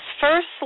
first